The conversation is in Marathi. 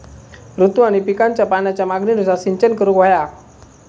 ऋतू आणि पिकांच्या पाण्याच्या मागणीनुसार सिंचन करूक व्हया